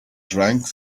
drank